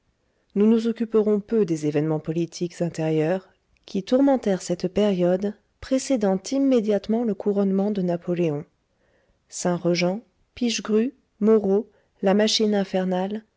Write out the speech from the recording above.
nous nous occuperons peu des événements politiques intérieurs qui tourmentèrent cette période précédant immédiatement le couronnement de napoléon saint rejant pichegru moreau la machine infernale